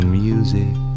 music